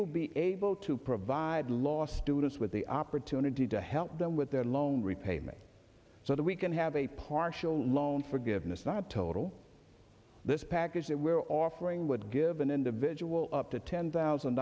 will be able to provide law students with the opportunity to help them with their loan repayment so that we can have a partial loan forgiveness not total this package that we're offering would give an individual up to ten thousand